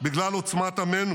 בגלל עוצמת עמנו